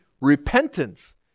repentance